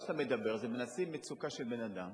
מה שאתה אומר הוא שמנצלים מצוקה של בן-אדם